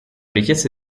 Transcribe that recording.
richiesta